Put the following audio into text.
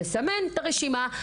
לסמן את הרשימה,